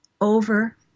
over